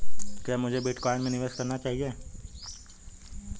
क्या मुझे बिटकॉइन में निवेश करना चाहिए?